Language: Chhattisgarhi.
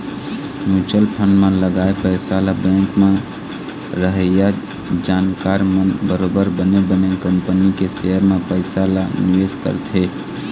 म्युचुअल फंड म लगाए पइसा ल बेंक म रहइया जानकार मन बरोबर बने बने कंपनी के सेयर म पइसा ल निवेश करथे